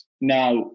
Now